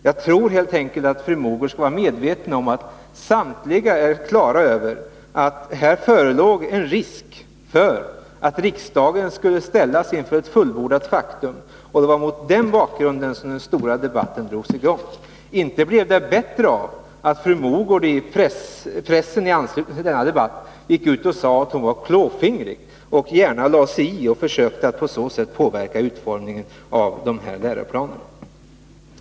Jag tror att fru Mogård skall vara medveten om att samtliga är på det klara med att det här förelåg en risk för att riksdagen skulle ställas inför ett fullbordat faktum. Det var mot denna bakgrund som den stora debatten drogs i gång. Inte blev det bättre för att fru Mogård i anslutning till denna debatt i pressen gick ut och sade att hon var klåfingrig och gärna lade sig i och försökte att på så sätt påverka utformningen av de här läroplanerna.